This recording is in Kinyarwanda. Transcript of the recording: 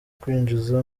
kwinjiza